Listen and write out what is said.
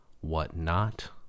whatnot